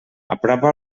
apropa